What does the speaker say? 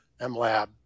MLAB